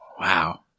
Wow